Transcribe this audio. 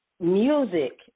music